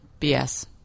BS